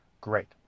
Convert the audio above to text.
Great